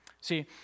See